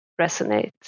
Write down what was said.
resonate